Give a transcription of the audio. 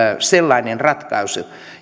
sellainen ratkaisu